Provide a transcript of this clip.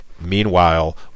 meanwhile